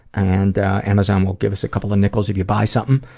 and amazon will give us a couple of nickels if you buy something,